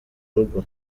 rugo